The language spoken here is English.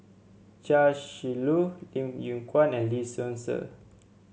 Chia Shi Lu Lim Yew Kuan and Lee Seow Ser